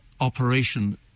operation